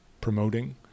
promoting